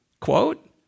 Quote